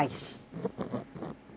uh